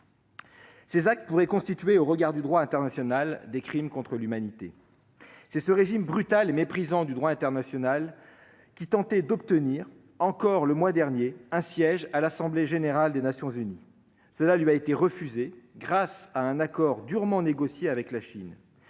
Ces actes pourraient constituer, au regard du droit international, des crimes contre l'humanité. C'est ce régime brutal et méprisant le droit international qui tentait d'obtenir, encore le mois dernier, un siège à l'Assemblée générale des Nations unies. Cela lui a été refusé, grâce à un accord durement négocié avec la Chine.